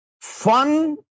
Fun